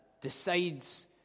decides